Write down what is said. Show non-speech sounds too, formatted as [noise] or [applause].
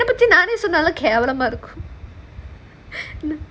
என்ன பத்தி நான் என்ன சொன்னாலும் கேவலமா இருக்கும்:enna pathi naan enna nenachalum kevalamaa irukum [laughs]